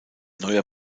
neuer